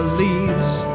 leaves